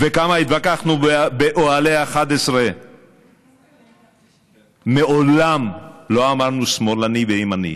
כמה התווכחנו באוהלי 11. מעולם לא אמרנו שמאלני וימני.